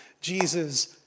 Jesus